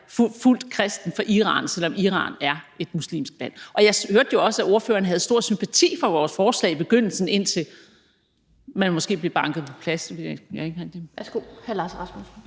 fuldt kristen og fra Iran, selv om Iran er et muslimsk land. Og jeg hørte jo også, at ordføreren havde stor sympati for vores forslag i begyndelsen, indtil man måske blev banket på plads. Kl. 19:30 Den fg.